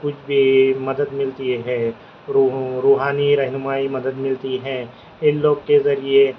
کچھ بھی مدد ملتی ہے رو روحانی رہنمائی مدد ملتی ہیں ان لوگ کے ذریعے